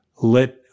let